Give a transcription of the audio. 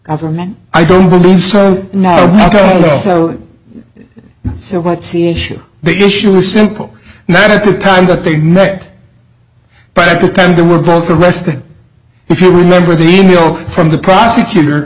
government i don't believe so so what's the issue the issue was simple at the time that they met but at the time they were both arrested if you remember the e mail from the prosecutor